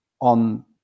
on